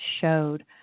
showed